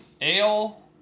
Ale